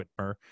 whitmer